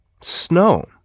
snow